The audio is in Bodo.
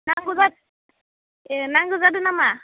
ए नांगौ जादो नामा